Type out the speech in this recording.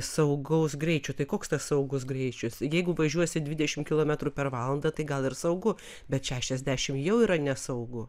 saugaus greičio tai koks tas saugus greitis jeigu važiuosi dvidešimt kilometrų per valandą tai gal ir saugu bet šešiasdešimt jau yra nesaugu